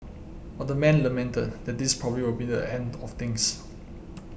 but the man lamented that this probably won't be the end to things